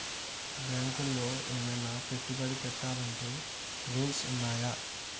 బ్యాంకులో ఏమన్నా పెట్టుబడి పెట్టాలంటే రూల్స్ ఉన్నయా?